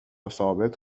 ثابت